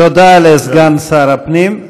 תודה לסגן שר הפנים.